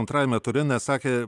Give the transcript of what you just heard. antrajame ture nes sakė